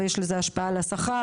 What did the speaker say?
ויש לזה השפעה על השכר,